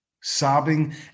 sobbing